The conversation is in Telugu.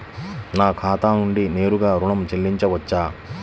నా ఖాతా నుండి నేరుగా ఋణం చెల్లించవచ్చా?